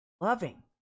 loving